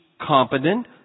competent